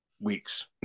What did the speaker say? weeks